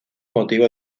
motivo